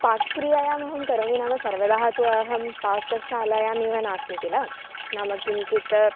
पाकक्रियायामहं करोमि नाम सर्वदा तु अहं पाकशालायामेव नास्मि किल नाम किञ्चित्